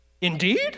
Indeed